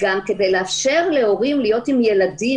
כדי לאפשר להורים להיות עם הילדים,